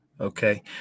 Okay